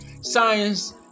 science